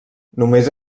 només